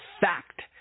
fact